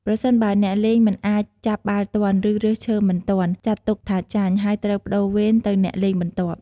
ប្រសិនបើអ្នកលេងមិនអាចចាប់បាល់ទាន់ ឬរើសឈើមិនទាន់ ចាត់ទុកថាចាញ់ ហើយត្រូវប្ដូរវេនទៅអ្នកលេងបន្ទាប់។